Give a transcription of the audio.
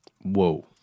Whoa